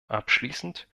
abschließend